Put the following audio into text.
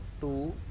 two